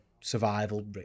survival